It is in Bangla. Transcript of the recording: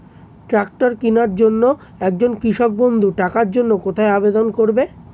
ট্রাকটার কিনার জন্য একজন কৃষক বন্ধু টাকার জন্য কোথায় আবেদন করবে?